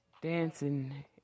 dancing